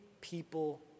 people